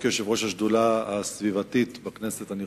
גם כיושב-ראש השדולה הסביבתית בכנסת אני